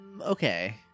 Okay